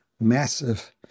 massive